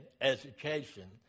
education